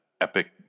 epic